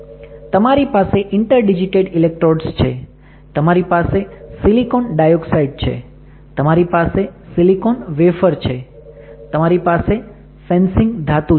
તમારી પાસે interdigitated electrodes છે તમારી પાસે સિલિકોન ડાયોક્સાઇડ છે તમારી પાસે સિલિકોન વેફર છે તમારી પાસે સેન્સિંગ ધાતુ છે